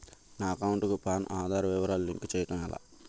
నా అకౌంట్ కు పాన్, ఆధార్ వివరాలు లింక్ చేయటం ఎలా?